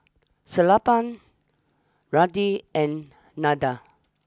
Sellapan Ramdev and Nandan